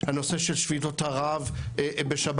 הנושא של שביתות הרעב בשב"ס.